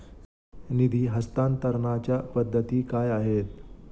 निधी हस्तांतरणाच्या पद्धती काय आहेत?